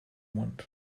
want